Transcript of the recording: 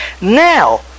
Now